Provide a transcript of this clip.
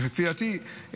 לפי דעתי,